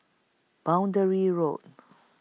Boundary Road